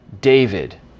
David